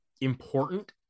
important